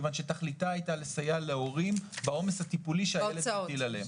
כיוון שתכליתה היתה לסייע להורים בעומס הטיפולי שהילד מטיל עליהם.